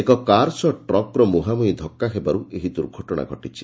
ଏକ କାର୍ ସହ ଟ୍ରକର ମୁହାଁମୁହିଁ ଧକ୍କା ହେବାରୁ ଏହି ଦୁର୍ଘଟଣା ଘଟିଛି